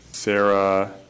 Sarah